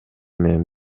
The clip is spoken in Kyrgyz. менен